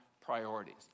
priorities